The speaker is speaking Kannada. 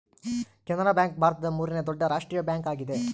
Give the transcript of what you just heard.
ಕೆನರಾ ಬ್ಯಾಂಕ್ ಭಾರತದ ಮೂರನೇ ದೊಡ್ಡ ರಾಷ್ಟ್ರೀಯ ಬ್ಯಾಂಕ್ ಆಗಿದೆ